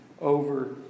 over